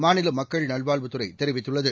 மாநில மக்கள் நல்வாழ்வுத்துறை தெரிவித்துள்ளது